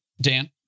Dan